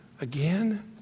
again